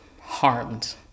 harmed